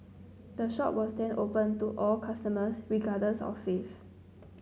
the shop was then opened to all customers regardless of faith